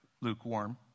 lukewarm